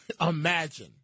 Imagine